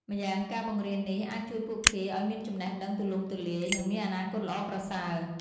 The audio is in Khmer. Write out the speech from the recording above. ម្យ៉ាងការបង្រៀននេះអាចជួយពួកគេឱ្យមានចំណេះដឹងទូលំទូលាយ និងមានអនាគតល្អប្រសើរ។